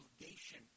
obligation